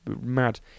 mad